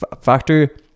factor